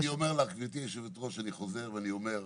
אני חוזר ואומר: